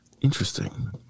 Interesting